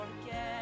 forget